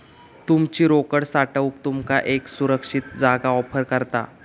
तुमची रोकड साठवूक तुमका एक सुरक्षित जागा ऑफर करता